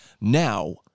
now